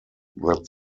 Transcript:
that